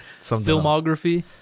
Filmography